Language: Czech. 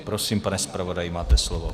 Prosím, pane zpravodaji, máte slovo.